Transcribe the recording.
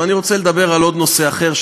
ואני רוצה לדבר על נושא אחר,